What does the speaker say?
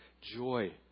joy